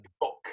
book